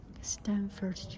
Stanford